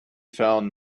found